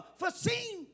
foreseen